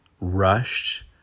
rushed